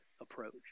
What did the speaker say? approach